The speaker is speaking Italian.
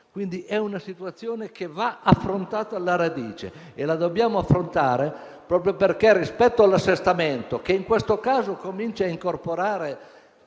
perenti. È una situazione che deve essere affrontata alla radice e lo dobbiamo fare proprio perché, rispetto all'assestamento, che in questo caso comincia a incorporare